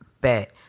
Bet